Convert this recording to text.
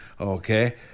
okay